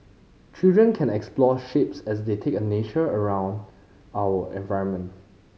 children can explore shapes as they take a nature around our environment